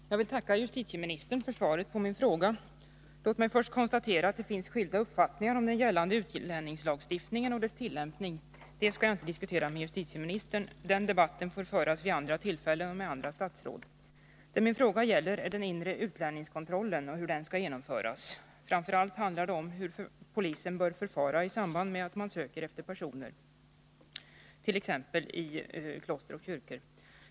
Herr talman! Jag vill tacka justitieministern för svaret på min fråga. Låt mig först konstatera att det finns skilda uppfattningar om den gällande utlänningslagstiftningen och tillämpningen av denna, men det skall jag inte diskutera med justitieministern nu. Den debatten får föras vid andra tillfällen och med andra statsråd. Vad min fråga gäller är den inre utlänningskontrollen och hur denna skall genomföras. Framför allt handlar det om hur polisen bör förfara när man söker efter personer i t.ex. kloster och kyrkor.